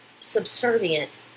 subservient